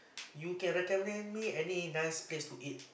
you can recommend me any nice place to eat